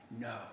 no